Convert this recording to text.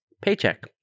paycheck